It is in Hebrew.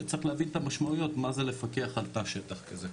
וצריך להבין את המשמעויות מה זה לפקח על תא שטח כזה.